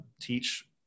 teach